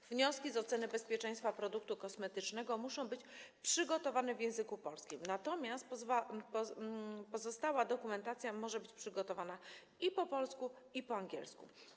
Wnioski z oceny bezpieczeństwa produktu kosmetycznego muszą być przygotowane w języku polskim, natomiast pozostała dokumentacja może być przygotowana i po polsku, i po angielsku.